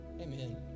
Amen